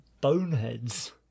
boneheads